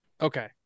Okay